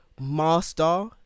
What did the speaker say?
master